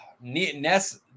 Ness